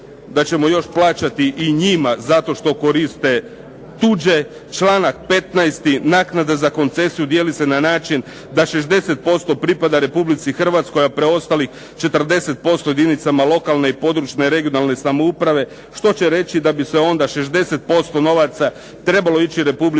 da ćemo još plaćati i njima zato što koriste tuđe? Članak 15., naknada za koncesiju dijeli se na način da 60% pripada Republici Hrvatskoj, a preostalih 40% jedinicama lokalne i područne (regionalne) samouprave, što će reći da bi onda 60% novaca trebalo ići Republici Hrvatskoj,